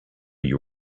you